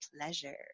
pleasure